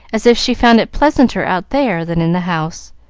as if she found it pleasanter out there than in the house.